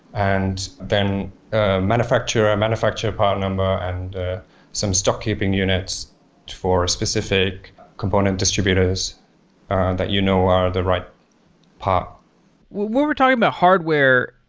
and then manufacturer, manufacture part number and some stock keeping units for specific component distributors that you know are the right part. when we're we're talking about hardware,